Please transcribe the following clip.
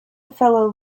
fellow